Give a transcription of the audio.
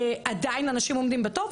עדיין אנשים עומדים בתור.